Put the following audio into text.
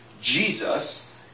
Jesus